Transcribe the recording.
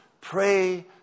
pray